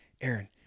Aaron